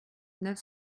neuf